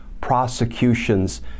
prosecutions